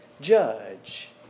judge